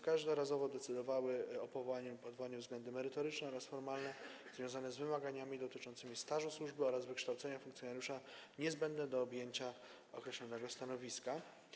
Każdorazowo o powołaniu i odwołaniu decydowały względy merytoryczne oraz formalne, związane z wymaganiami dotyczącymi stażu służby oraz wykształcenia funkcjonariusza, niezbędnych do objęcia określonego stanowiska.